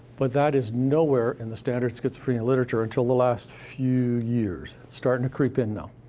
but that is nowhere in the standard schizophrenia literature, until the last few years. starting to creep in now.